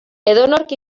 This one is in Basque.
edonork